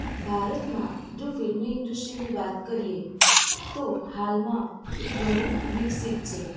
ભારતમાં જો ફિલ્મ ઇન્ડસ્ટ્રીની વાત કરીએ તો હાલમાં એ ઘણું વિકસિત છે